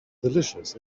delicious